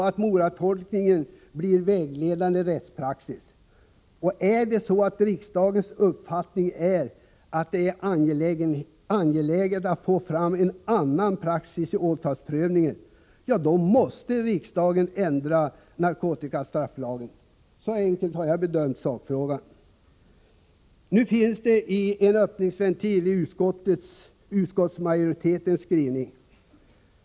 Om Moratolkningen blir vägledande rättspraxis och om riksdagen har uppfattningen att det är angeläget att få fram en annan praxis vid åtalsprövning, måste riksdagen ändra narkotikastrafflagen. Så enkelt har jag bedömt sakfrågan. Nu finns det en öppningsventil i utskottsmajoritetens skrivning.